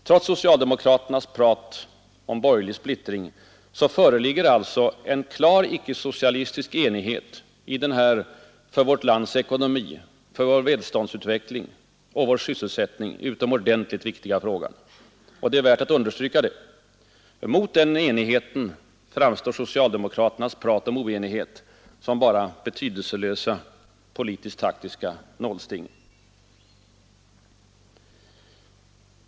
Trots socialdemokraternas prat om borgerlig splittring föreligger alltså en klar icke-socialistisk enighet i denna för vårt lands ekonomi, för vår välståndsutveckling och vår sysselsättning utomordentligt viktiga fråga. Det är värt att understryka detta. Mot den enigheten framstår socialdemokraternas prat om oenighet som bara betydelselösa, politiskt taktiska nålsting.